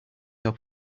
your